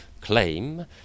claim